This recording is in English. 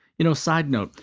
you know, side note,